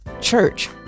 church